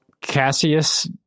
cassius